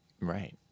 Right